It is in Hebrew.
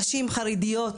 נשים חרדיות,